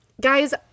guys